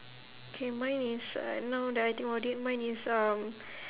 K mine is uh now that I think about it mine is um